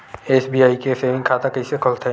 SBI के saving खाता कइसे खोलथे?